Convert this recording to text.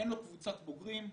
אין לו קבוצת בוגרים.